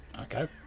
Okay